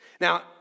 Now